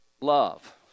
love